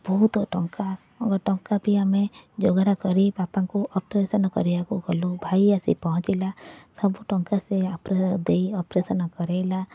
ବହୁତ ଟଙ୍କା ଟଙ୍କା ବି ଆମେ ଯୋଗାଡ଼କରି ବାପାଙ୍କୁ ଅପରେସନ୍ କରିବାକୁ ଗଲୁ ଭାଇ ଆସି ପହଞ୍ଚିଲା ସବୁ ଟଙ୍କା ସେ ଦେଇ ଅପରେସନ୍ କରେଇଲା